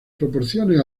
proporciones